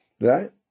right